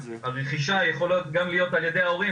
הרכישה יכולה להיות גם על ידי ההורים,